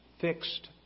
fixed